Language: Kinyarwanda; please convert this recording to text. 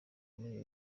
muri